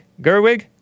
Gerwig